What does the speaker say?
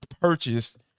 purchased